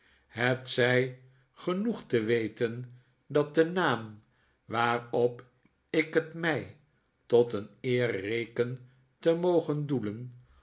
het zij genoeg te weten dat de naam waarop ik het mij tot een eer reken te mogen doelen